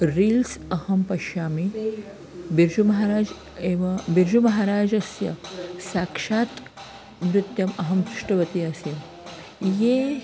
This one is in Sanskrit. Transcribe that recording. रील्स् अहं पश्यामि बिर्जुमहाराज् एव बिर्जुमहाराजस्य साक्षात् नृत्यम् अहं दृष्टवती आसीत् ये